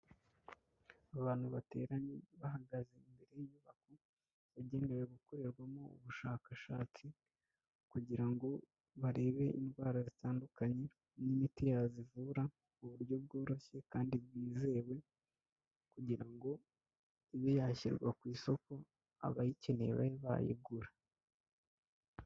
Abantu bateranye bahagaze imbere y'inyubako yagenewe gukorerwamo ubushakashatsi kugira ngo barebe indwara zitandukanye n'imiti yazivura mu buryo bworoshye kandi bwizewe kugira ngo ibe yashyirwa ku isoko abayikeneye babe bayigura.